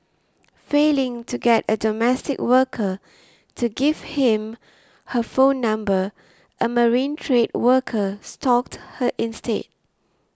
failing to get a domestic worker to give him her phone number a marine trade worker stalked her instead